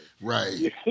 Right